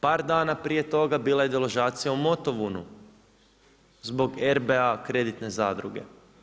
Par dana prije toga bila je deložacija u Motovunu, zbog RBA kreditne zadruge.